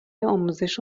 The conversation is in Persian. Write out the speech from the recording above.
آموزش